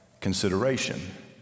consideration